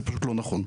זה פשט לא נכון.